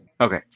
Okay